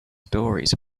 stories